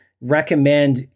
recommend